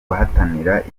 bahataniraga